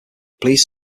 please